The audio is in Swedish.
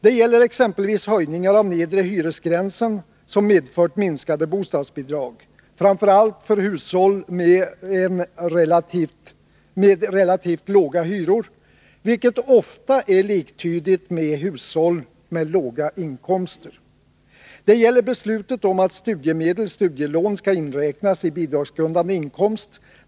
Det gäller exempelvis höjningar av den nedre hyresgränsen som medfört minskade bostadsbidrag, framför allt för hushåll med relativt låga hyror, vilket ofta är liktydigt med hushåll med låga inkomster. Det gäller beslutet om att studiemedel-studielån skall inräknas i bidragsgrundande inkomst.